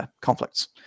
conflicts